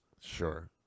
sure